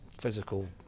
physical